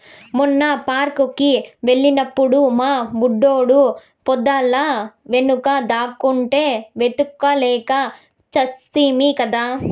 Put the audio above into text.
మొన్న పార్క్ కి వెళ్ళినప్పుడు మా బుడ్డోడు పొదల వెనుక దాక్కుంటే వెతుక్కోలేక చస్తిమి కదా